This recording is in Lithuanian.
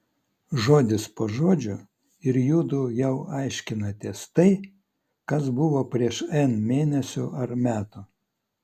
žodis po žodžio ir judu jau aiškinatės tai kas buvo prieš n mėnesių ar metų